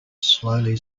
slowly